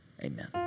Amen